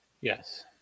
Yes